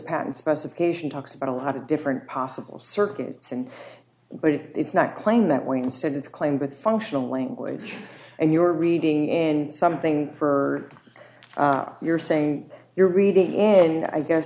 pattern specification talks about a lot of different possible circuits and but it's not claimed that way instead it's claimed with functional language and your reading and something for you're saying you're reading more and i guess